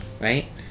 right